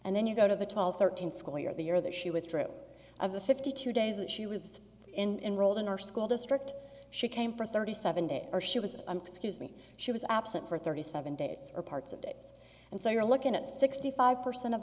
and then you go to the twelve thirteen school year the year that she withdrew of the fifty two days that she was in rolled in our school district she came for thirty seven days or she was an excuse me she was absent for thirty seven days or parts of it and so you're looking at sixty five percent of